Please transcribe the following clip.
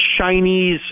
Chinese